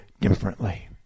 differently